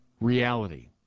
reality